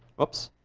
whoops.